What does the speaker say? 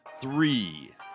three